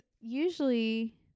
usually